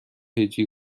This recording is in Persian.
هجی